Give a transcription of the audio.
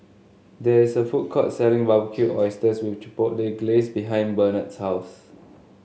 there is a food court selling Barbecued Oysters with Chipotle Glaze behind Bernhard's house